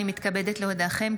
אני מתכבדת להודיעכם,